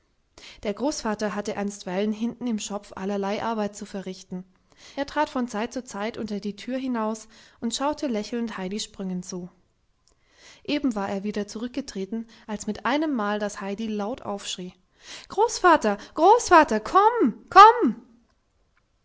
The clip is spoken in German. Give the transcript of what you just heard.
der großvater hatte einstweilen hinten im schopf allerlei arbeit zu verrichten er trat von zeit zu zeit unter die tür hinaus und schaute lächelnd heidis sprüngen zu eben war er wieder zurückgetreten als mit einemmal das heidi laut aufschrie großvater großvater komm komm